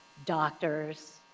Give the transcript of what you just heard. doctors.